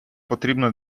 потрібне